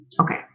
Okay